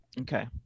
Okay